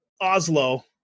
Oslo